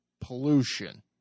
pollution